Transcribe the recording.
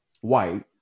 white